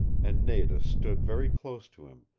and nada stood very close to him,